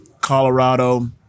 Colorado